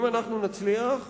אם אנחנו נצליח,